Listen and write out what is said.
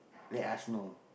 let us know